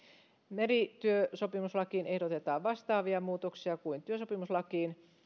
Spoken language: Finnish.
merityösopimuslakiin ehdotetaan vastaavia muutoksia kuin työsopimuslakiin